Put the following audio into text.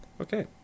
Okay